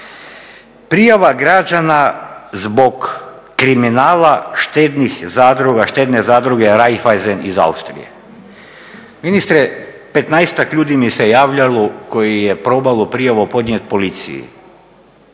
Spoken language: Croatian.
Prijava građana zbog kriminala štednih zadruga, Štedne zadruge Raiffeisen iz Austrije, ministri petnaestak ljudi mi se javljalo koje je probalo podnijet prijavu policiji.